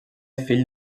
fill